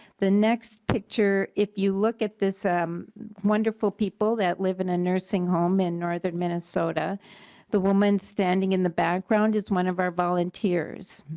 the next picture is if you look at this wonderful people that live in a nursing home in northern minnesota the woman standing in the background is one of our volunteers.